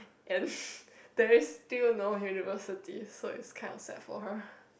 and then still no university so it's kind of sad for her